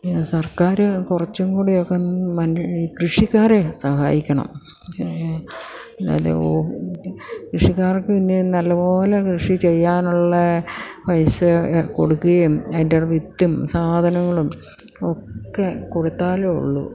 സർക്കാർ കുറച്ചും കൂടിയൊക്കെ വൻ ഈ കൃഷിക്കാരെ സഹായിക്കണം അത് കൃഷിക്കാർക്ക് പിന്നെ തന്നെ നല്ലപോലെ കൃഷി ചെയ്യാനുള്ള പൈസ കൊടുക്കുകയും അതിൻ്റെ വിത്തും സാധനങ്ങളും ഒക്കെ കൊടുത്താലേ ഉള്ളു